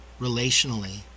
relationally